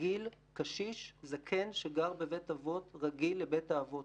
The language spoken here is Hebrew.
קשיש, זקן שגר בבית אבות רגיל לבית האבות.